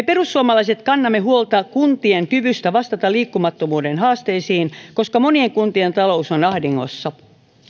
perussuomalaiset kannamme huolta kuntien kyvystä vastata liikkumattomuuden haasteisiin koska monien kuntien talous on ahdingossa